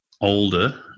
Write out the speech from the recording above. older